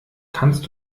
kannst